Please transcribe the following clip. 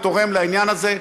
לכל מי שתרם ותורם לעניין הזה.